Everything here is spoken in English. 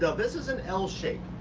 so this is an l shape.